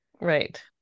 right